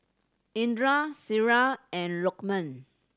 Indra Syirah and Lokman